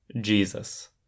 Jesus